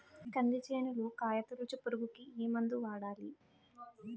కంది చేనులో కాయతోలుచు పురుగుకి ఏ మందు వాడాలి?